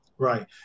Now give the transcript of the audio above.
Right